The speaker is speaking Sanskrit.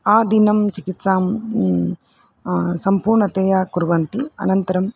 आदिनं चिकित्सां सम्पूर्णतया कुर्वन्ति अनन्तरम्